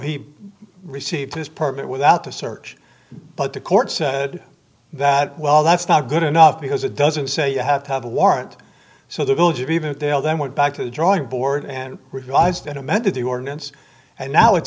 he received his permit without a search but the court said that well that's not good enough because it doesn't say you have to have a warrant so the village of even they'll then went back to the drawing board and revised it amended the ordinance and now it